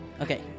Okay